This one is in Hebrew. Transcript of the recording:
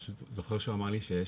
אני פשוט זוכר שהוא אמר לי שיש